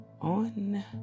on